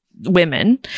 women